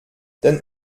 den